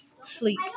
Sleep